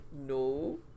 no